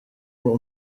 uwo